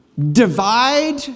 Divide